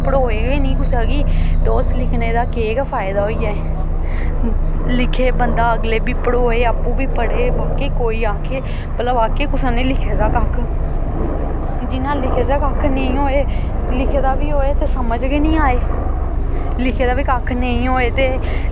पढ़ोऐ गै निं कुसै गी ते उस लिखने दा केह् गै फायदा होई जाए लिखे बंदा अगले गी बी पढ़ोए आपूं बी पढ़े वाकई कोई आखै भला वाकई कुसै ने लिखे दा कक्ख जि'न्नै लिखे दा कक्ख निं होऐ लिखे दा बी होए ते समझ गै निं आए लिखे दा बी कक्ख निं होए ते